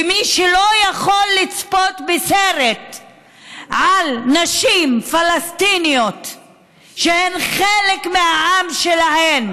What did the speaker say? ומי שלא יכול לצפות בסרט על נשים פלסטיניות שהן חלק מהעם שלהן,